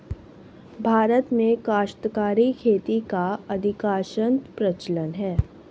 भारत में काश्तकारी खेती का अधिकांशतः प्रचलन है